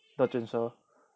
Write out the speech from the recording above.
the 卷舌